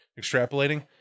extrapolating